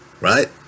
Right